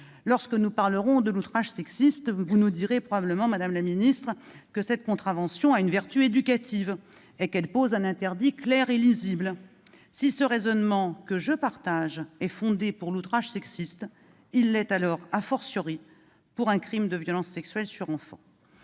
Lorsque nous parlerons de l'outrage sexiste, vous nous direz probablement, madame la ministre, que cette contravention a une vertu éducative et qu'elle pose un interdit clair et lisible. Si ce raisonnement, que je partage, est fondé pour l'outrage sexiste, il l'est,, pour le crime de violences sexuelles sur enfant.